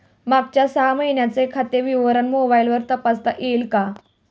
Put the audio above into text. मागच्या सहा महिन्यांचे खाते विवरण मोबाइलवर तपासता येईल का?